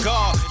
God